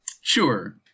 Sure